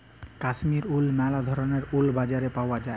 Kashmir wool ম্যালা ধরলের wool বাজারে পাউয়া যায়